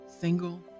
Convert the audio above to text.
single